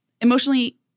emotionally